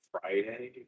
Friday